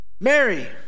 Mary